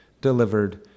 delivered